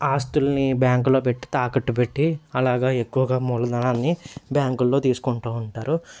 ఆస్తుల్ని బ్యాంకులో పెట్టి తాకట్టు పెట్టి అలాగా ఎక్కువగా మూలధనాన్ని బ్యాంకుల్లో తీసుకుంటూ ఉంటారు